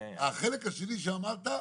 החלק השני שאמרת,